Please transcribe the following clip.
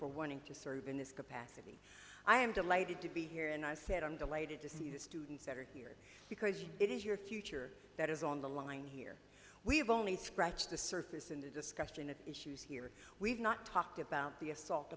for wanting to serve in this capacity i am delighted to be here and i said i'm delighted to see the students that are here because it is your future that is on the line here we have only scratched the surface in the discussion of issues here we've not talked about the assault